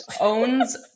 owns